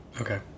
Okay